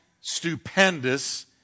stupendous